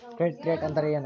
Credit rate ಅಂದರೆ ಏನು?